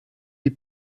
die